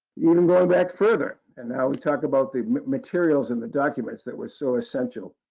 even going back further and now we talk about the materials and the documents that were so essential.